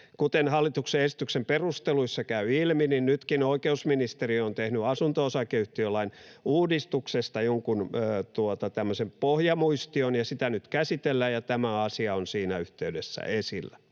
Kuten hallituksen esityksen perusteluissa käy ilmi, niin nytkin oikeusministeriö on tehnyt asunto-osakeyhtiölain uudistuksesta jonkun tämmöisen pohjamuistion ja sitä nyt käsitellään ja tämä asia on siinä yhteydessä esillä.